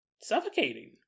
suffocating